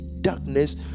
darkness